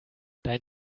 dein